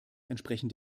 entsprechen